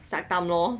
suck thumb lor